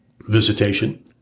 visitation